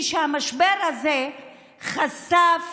היא שהמשבר הזה חשף